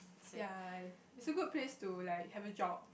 ya like is a good place to like have a job